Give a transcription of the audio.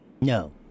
No